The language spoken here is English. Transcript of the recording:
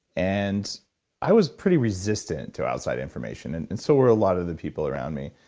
and i was pretty resistant to outside information, and and so were a lot of the people around me.